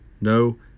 No